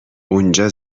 اونجا